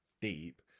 deep